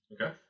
Okay